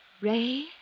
Ray